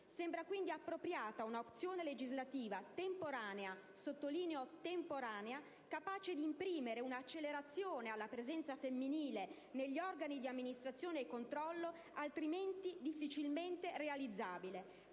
Sembra quindi appropriata una azione legislativa temporanea - sottolineo, temporanea - capace di imprimere un'accelerazione alla presenza femminile negli organi di amministrazione e controllo, altrimenti difficilmente realizzabile,